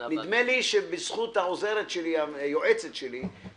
נדמה לי שבזכות היועצת שלי,